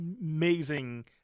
amazing